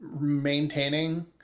maintaining